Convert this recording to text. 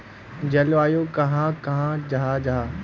जलवायु कहाक कहाँ जाहा जाहा?